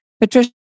Patricia